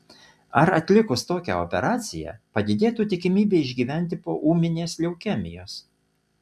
ar atlikus tokią operaciją padidėtų tikimybė išgyventi po ūminės leukemijos